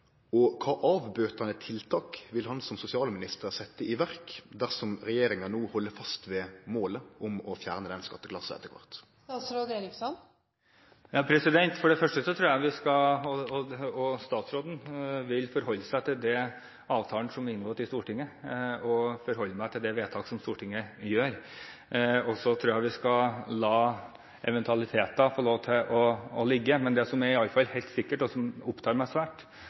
Og kva avbøtande tiltak vil han som sosialminister setje i verk dersom regjeringa no held fast ved målet om å fjerne den skatteklassa etter kvart? Statsråden vil forholde seg til den avtalen som er inngått i Stortinget, og det vedtaket som Stortinget gjør. Så tror jeg vi skal la eventualiteter få lov til å ligge. Men det som iallfall er helt sikkert, og som opptar meg svært